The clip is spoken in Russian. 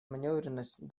манёвренность